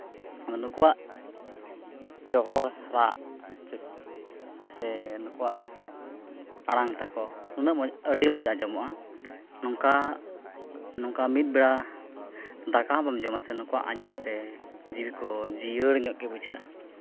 ᱟᱫᱚ ᱱᱩᱠᱩᱣᱟᱜ ᱪᱚᱦᱚᱲ ᱨᱟᱜ ᱥᱮ ᱥᱮ ᱱᱩᱠᱩᱣᱟᱜ ᱟᱲᱟᱝ ᱛᱟᱠᱚ ᱱᱩᱱᱟᱹᱜ ᱢᱚᱡᱽ ᱟᱹᱰᱤ ᱢᱚᱡᱽ ᱟᱡᱚᱢᱯᱜᱼᱟ ᱱᱚᱝᱠᱟ ᱱᱚᱝᱠᱟ ᱢᱤᱫ ᱵᱮᱲᱟ ᱫᱟᱠᱟ ᱦᱚᱸ ᱵᱟᱢ ᱡᱚᱢᱟ ᱥᱮ ᱱᱩᱠᱩᱣᱟᱜ ᱟᱡᱚᱢᱛᱮ ᱡᱤᱣᱤ ᱠᱚ ᱡᱤᱭᱟᱹᱲ ᱧᱚᱜ ᱜᱮ ᱵᱩᱡᱷᱟᱹᱜᱼᱟ